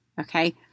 Okay